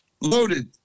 Loaded